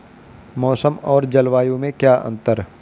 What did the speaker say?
मौसम और जलवायु में क्या अंतर?